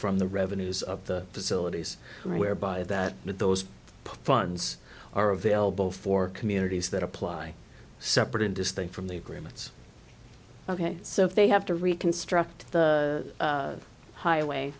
from the revenues of the facilities where by that those funds are available for communities that apply separate and distinct from the agreements ok so if they have to reconstruct the highway